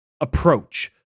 approach